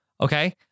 okay